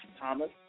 Thomas